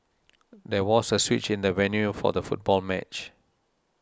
there was a switch in the venue for the football match